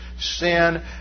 sin